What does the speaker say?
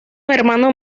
hermano